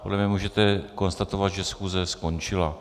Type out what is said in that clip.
Podle mě můžete konstatovat, že schůze skončila.